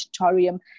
auditorium